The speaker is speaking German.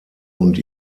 und